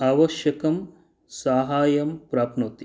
आवश्यकं साहाय्यं प्राप्नोति